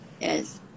Yes